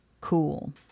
cool